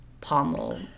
pommel